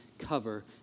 Cover